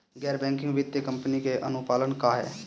गैर बैंकिंग वित्तीय कंपनी के अनुपालन का ह?